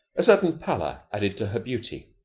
a certain pallor added to her beauty.